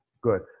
Good